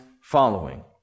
following